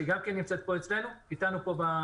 שהיא גם איתנו פה בדיון.